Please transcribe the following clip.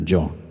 John